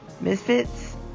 Misfits